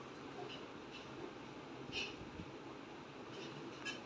venture पूँजी के माध्यम से आज रवि का कारोबार चमक रहा है